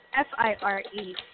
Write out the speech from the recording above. F-I-R-E